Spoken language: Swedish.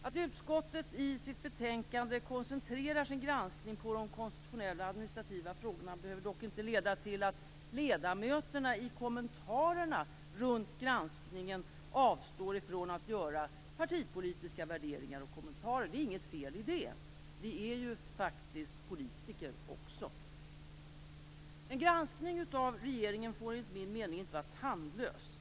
Att utskottet i sitt betänkande koncentrerar sin granskning på de konstitutionella och administrativa frågorna behöver dock inte leda till att ledamöterna i kommentarerna runt granskningen avstår från att göra partipolitiska värderingar och kommentarer. Det är inget fel i det. Vi är ju faktiskt politiker också. En granskning av regeringen får enligt min mening inte vara tandlös.